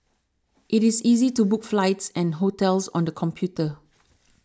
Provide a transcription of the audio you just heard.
it is easy to book flights and hotels on the computer